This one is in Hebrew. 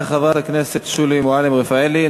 תודה רבה לחברת הכנסת שולי מועלם-רפאלי.